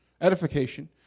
edification